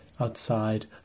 outside